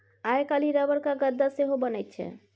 आइ काल्हि रबरक गद्दा सेहो बनैत छै